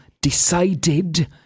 decided